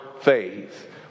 faith